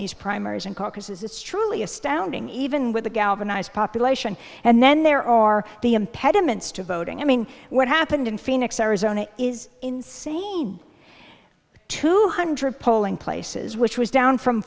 these primaries and caucuses it's truly astounding even with a galvanised population and then there are the impediments to voting i mean what happened in phoenix arizona is insane two hundred polling places which was down from